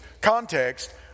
context